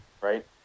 Right